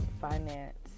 finance